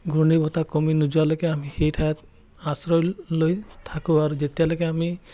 ঘূৰ্ণী বতাহ কমি নোযোৱালৈকে আমি সেই ঠাইত আশ্ৰয় লৈ থাকোঁ আৰু যেতিয়ালৈকে আমি